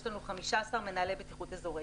יש לנו 15 מנהלי בטיחות אזוריים.